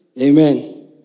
Amen